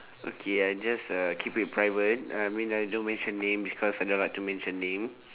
okay I just uh keep it private I mean I don't mention name because I don't like to mention name